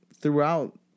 throughout